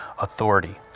authority